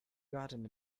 gotten